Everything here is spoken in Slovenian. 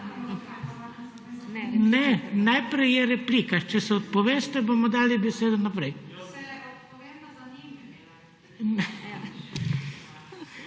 Ne. Najprej je replika. Če se odpoveste, bomo dali besedo naprej.